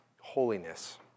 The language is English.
holiness